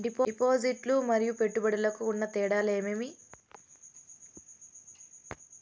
డిపాజిట్లు లు మరియు పెట్టుబడులకు ఉన్న తేడాలు ఏమేమీ?